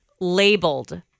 labeled